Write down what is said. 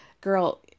girl